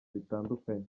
bitandukanye